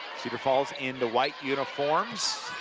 cedar falls in the white uniforms